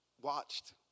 watched